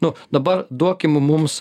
nu dabar duokim mums